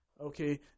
Okay